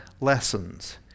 lessons